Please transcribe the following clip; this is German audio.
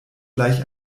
gleich